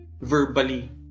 verbally